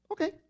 Okay